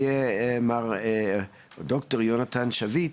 יהיה מר יהונתן שביט,